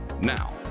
Now